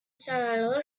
salvador